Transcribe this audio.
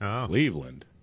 Cleveland